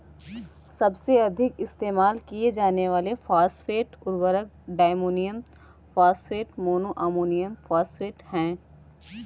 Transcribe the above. सबसे अधिक इस्तेमाल किए जाने वाले फॉस्फेट उर्वरक diammonium phosphate, mono ammonium phosphate हैं